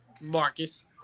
Marcus